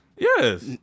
Yes